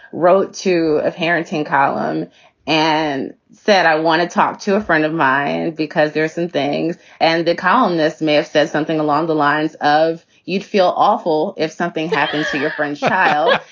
wrote two of harington column and said, i want to talk to a friend of mine, because there are some things and the columnists may have said something along the lines of you'd feel awful if something happened to your friend's child